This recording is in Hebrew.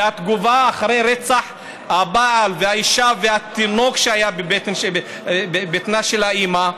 אחרי רצח הבעל והאישה והתינוק שהיה בבטנה של האימא,